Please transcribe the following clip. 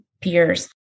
peers